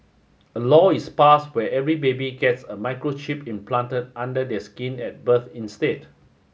a law is passed where every baby gets a microchip implanted under their skin at birth instead